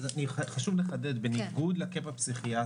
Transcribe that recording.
אני מציע שבשנה הראשונה זה יהיה ככה.